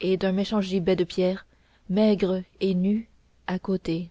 et d'un méchant gibet de pierre maigre et nu à côté